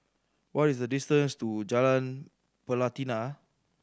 what is the distance to Jalan Pelatina